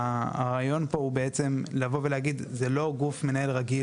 הרעיון פה הוא בעצם לבוא ולהגיד שזה לא גוף מנהל רגיל.